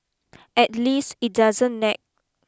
at least it doesn't nag